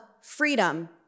freedom